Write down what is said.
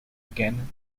again